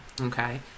Okay